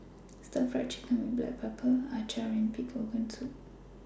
Stir Fried Chicken with Black Pepper Acar and Pig Organ Soup